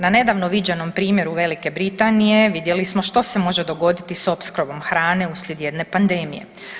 Na nedavno viđenom primjeru Velike Britanije vidjeli smo što se može dogoditi s opskrbom hrane uslijed jedne pandemije.